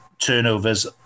turnovers